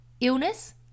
illness